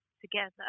together